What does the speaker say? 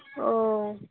ᱚᱻ